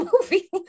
movie